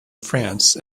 france